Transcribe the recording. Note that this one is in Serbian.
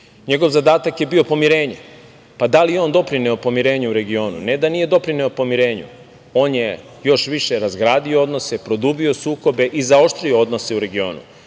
njegov zadatak je bio pomirenje. Pa, da li je on doprineo pomirenje u regionu? Ne da nije doprineo pomirenju, on je još više razgradio odnose, produbio sukobe i zaoštrio odnose u regionu.I